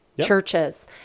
churches